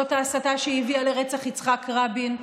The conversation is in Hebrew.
זאת ההסתה שהביאה לרצח יצחק רבין,